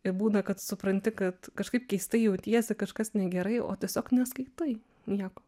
ir būna kad supranti kad kažkaip keistai jautiesi kažkas negerai o tiesiog neskaitai nieko